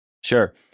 Sure